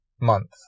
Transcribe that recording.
month